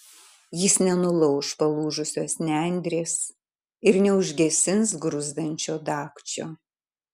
jis nenulauš palūžusios nendrės ir neužgesins gruzdančio dagčio